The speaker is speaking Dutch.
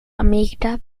amerika